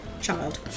child